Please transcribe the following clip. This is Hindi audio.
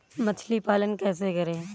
मछली पालन कैसे करें?